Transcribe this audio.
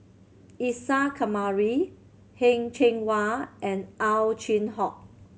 Isa Kamari Heng Cheng Wa and Ow Chin Hock